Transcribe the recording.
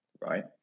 right